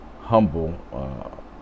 humble